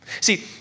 See